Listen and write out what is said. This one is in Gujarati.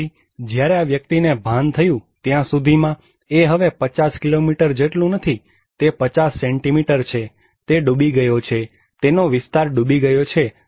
તો પછી જ્યારે આ વ્યક્તિને ભાન થયું ત્યાં સુધીમાં એ હવે 50 કિલોમીટર જેટલું નથી તે 50 સેન્ટીમીટર છે તે ડૂબી ગયો છે તેનો વિસ્તાર ડૂબી ગયો છે